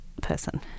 person